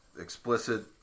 explicit